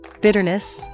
bitterness